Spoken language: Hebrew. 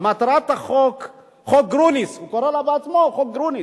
"מטרת חוק גרוניס" הוא עצמו קורא לו "חוק גרוניס"